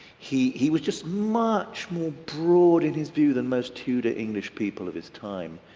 he he was just much more broad in his view than most tudor english people of his time.